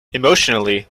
emotionally